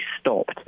stopped